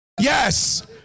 yes